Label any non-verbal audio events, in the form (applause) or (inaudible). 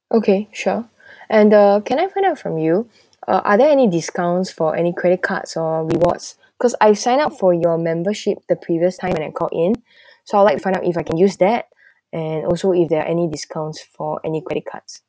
okay sure (breath) and uh can I find out from you uh are there any discounts for any credit cards or rewards cause I sign up for your membership the previous time when I called in (breath) so I would like to find out if I can use that (breath) and also if there any discount for any credit cards